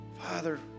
Father